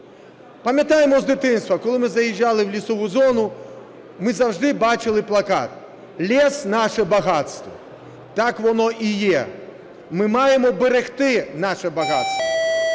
Пам'ятаємо з дитинства, коли ми заїжджали в лісову зону, ми завжди бачили плакат: "Лес – наше богатство". Так воно і є, ми маємо берегти наше багатство,